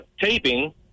taping